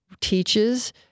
teaches